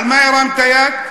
על מה הרמת יד?